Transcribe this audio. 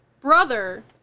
brother